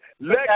Let